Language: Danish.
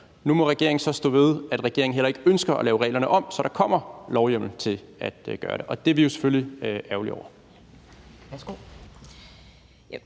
Nu må regeringen så stå ved, at regeringen heller ikke ønsker at lave reglerne om, så der kommer en lovhjemmel til at gøre det, og det er vi jo selvfølgelig ærgerlige over. Kl. 10:07 Anden